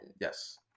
Yes